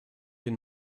den